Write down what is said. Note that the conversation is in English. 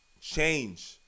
change